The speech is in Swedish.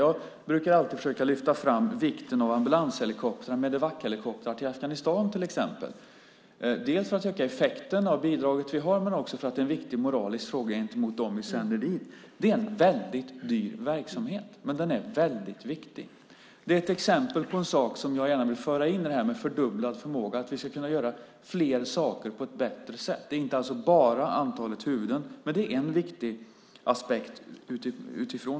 Jag brukar alltid försöka lyfta fram vikten av ambulanshelikoptrar, Medevachelikoptrar, till Afghanistan till exempel, dels för att öka effekten av det bidrag vi har, dels för att det är en viktig moralisk fråga gentemot dem vi sänder dit. Det är en väldigt dyr verksamhet. Men den är väldigt viktig. Det är ett exempel på en sak som jag gärna vill föra in i det här med fördubblad förmåga. Vi ska kunna göra fler saker på ett bättre sätt. Det är inte bara antalet huvuden. Men det är en viktig aspekt.